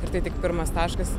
ir tai tik pirmas taškas